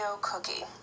cookie